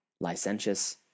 licentious